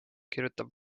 kirjutab